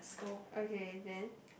okay then